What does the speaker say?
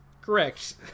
Correct